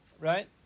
Right